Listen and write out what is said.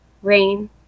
rain